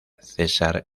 cesar